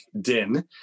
din